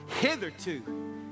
Hitherto